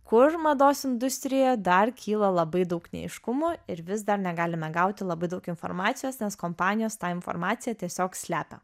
kur mados industrijoje dar kyla labai daug neaiškumų ir vis dar negalime gauti labai daug informacijos nes kompanijos tą informaciją tiesiog slepia